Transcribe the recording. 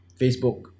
Facebook